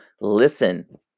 listen